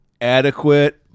adequate